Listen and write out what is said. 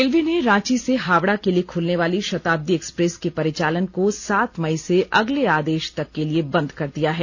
railway ने रांची से हावड़ा के लिए खुलनेवाली शताब्दी एक्सप्रेस के परिचालन को सातमई से अगले आदेश तक के लिए बंद कर दिया है